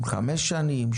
חמש שנים,